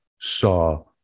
saw